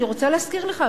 אני רוצה להזכיר לך,